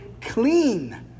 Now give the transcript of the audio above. clean